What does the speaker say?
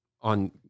on